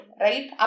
right